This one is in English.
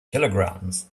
kilograms